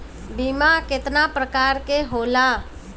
बीमा केतना प्रकार के होला?